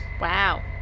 Wow